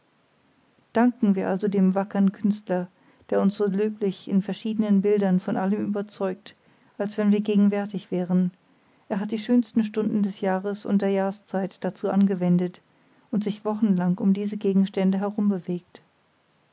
danken wir also dem wackern künstler der uns so löblich in verschiedenen bildern von allem überzeugt als wenn wir gegenwärtig wären er hat die schönsten stunden des tages und der jahrszeit dazu angewendet und sich wochenlang um diese gegenstände herumbewegt